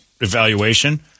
evaluation